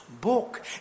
book